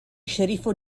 sceriffo